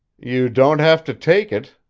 you don't have to take it,